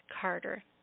Carter